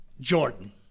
Jordan